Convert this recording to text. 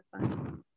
fun